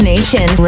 nation